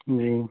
جی